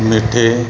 ᱢᱤᱴᱷᱮ